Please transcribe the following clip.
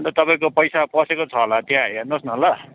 अन्त तपाईँको पैसा पसेको छ होला त्यहाँ हेर्नु होस् न ल